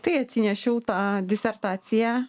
tai atsinešiau tą disertaciją